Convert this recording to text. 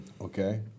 Okay